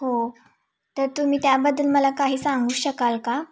हो तर तुम्ही त्याबद्दल मला काही सांगू शकाल का